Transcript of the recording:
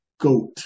goat